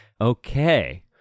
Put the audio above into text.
Okay